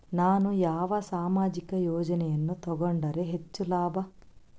ನಾನು ಯಾವ ಸಾಮಾಜಿಕ ಯೋಜನೆಯನ್ನು ತಗೊಂಡರ ಹೆಚ್ಚು ಲಾಭ?